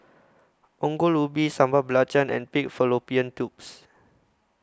Ongol Ubi Sambal Belacan and Pig Fallopian Tubes